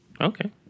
Okay